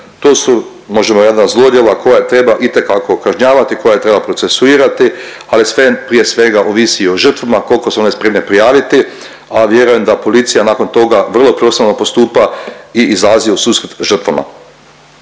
zlodjela koja itekako kažnjavati, koja treba procesuirati, ali sve, prije svega ovisi i o žrtvama, koliko su one spremne prijaviti, a vjerujem da policija nakon toga vrlo profesionalno postupati i izlazi u susret žrtvama.